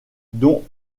dont